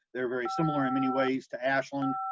they're very similar in many ways to ashland.